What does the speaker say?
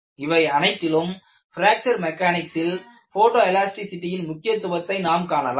இவை அனைத்திலும் பிராக்சர் மெக்கானிக்ஸில் போட்டோ எலாஸ்டிசிடியின் முக்கியத்துவத்தை நாம் காணலாம்